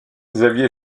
xavier